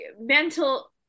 mental